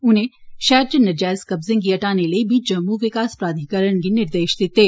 उनें शैह्रा च नजैज कब्जे गी हटाने लेई बी जम्मू विकास प्राधिकरण गी निर्देश दित्ते